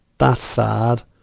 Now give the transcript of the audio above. that's sad.